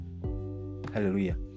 Hallelujah